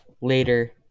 later